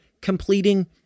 completing